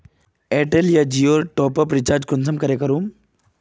Airtel या जियोर top up recharge कुंसम करे करूम?